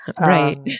Right